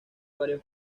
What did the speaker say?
varios